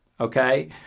okay